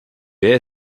wer